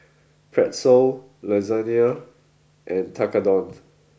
Pretzel Lasagne and Tekkadon